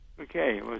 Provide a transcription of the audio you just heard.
Okay